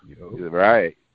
Right